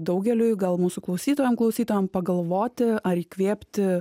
daugeliui gal mūsų klausytojam klausytojam pagalvoti ar įkvėpti